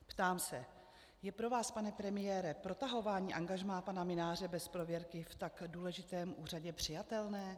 Ptám se: Je pro vás, pane premiére, protahování angažmá pana Mynáře bez prověrky v tak důležitém úřadě přijatelné?